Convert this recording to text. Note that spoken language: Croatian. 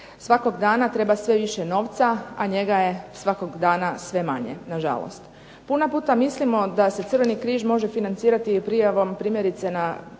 Svakog dana treba sve više novca, a njega je svakog dana sve manje, nažalost. Puno puta mislimo da se Crveni križ može financirati i prijavom primjerice na